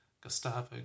Gustavo